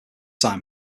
time